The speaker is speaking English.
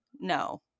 no